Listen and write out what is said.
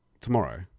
tomorrow